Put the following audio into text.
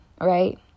right